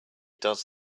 does